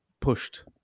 pushed